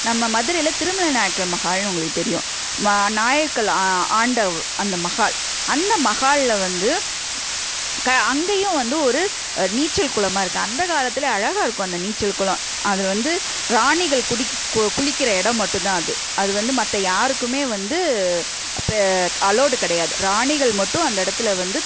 நம்ம மதுரையில திருமலைநாயக்கர் மஹால்னு உங்களுக்கு தெரியும் மா நாயக்கள் ஆண்ட அந்த மஹால் அந்த மஹால்ல வந்து க அங்கேயும் வந்து ஒரு நீச்சல் குளமாக இருக்குது அந்த காலத்திலே அழகாக இருக்கும் அந்த நீச்சல் குளம் அது வந்து ராணிகள் குடிக் கு குளிக்கிற இடம் மட்டும் தான் அது அது வந்து மற்ற யாருக்குமே வந்து பெ அலோட் கிடையாது ராணிகள் மட்டும் அந்த இடத்துல வந்து